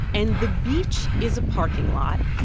and the beach is a parking lot,